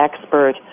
expert